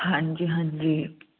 ਹਾਂਜੀ ਹਾਂਜੀ